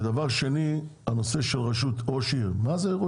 ודבר שני, הנושא של רשות ראש עיר, מה זה?